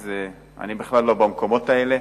אני בכלל לא במקומות האלה.